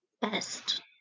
best